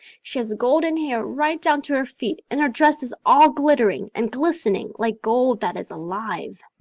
she has golden hair right down to her feet and her dress is all glittering and glistening like gold that is alive.